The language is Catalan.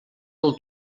del